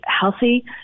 healthy